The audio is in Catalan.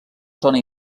zona